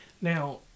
Now